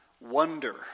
Wonder